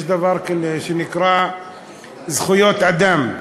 יש דבר שנקרא זכויות אדם,